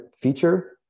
feature